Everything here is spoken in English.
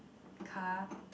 car